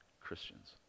Christians